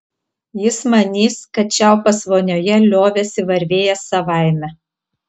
jis manys kad čiaupas vonioje liovėsi varvėjęs savaime